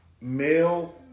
male